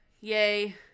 Yay